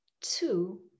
two